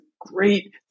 great